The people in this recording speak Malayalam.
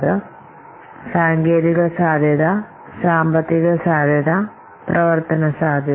ഒന്ന് സാങ്കേതിക സാധ്യത അടുത്തത് സാമ്പത്തിക സാധ്യത മറ്റൊന്ന് പ്രവർത്തന സാധ്യത